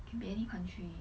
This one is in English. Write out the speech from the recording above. can be any country